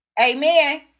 amen